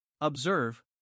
Observe